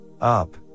up